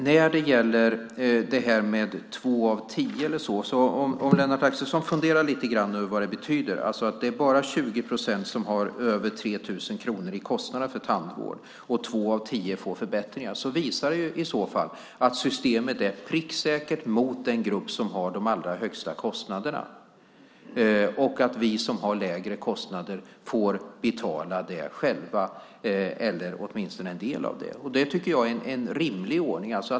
När det gäller detta med två av tio innebär det, om Lennart Axelsson funderar lite grann över det, att bara 20 procent har över 3 000 kronor i kostnader för tandvård och två av tio får förbättringar. Det visar att systemet i så fall är pricksäkert i förhållande till den grupp som har de allra högsta kostnaderna och att vi som har lägre kostnader själva får stå för dem, eller åtminstone för en del av dem. Det tycker jag är en rimlig ordning.